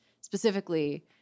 specifically